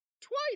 twice